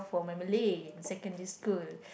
for my Malay in secondary school